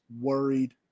worried